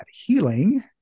healing